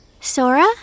Sora